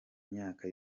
myaka